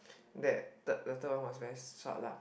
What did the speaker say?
that the the third one was very short lah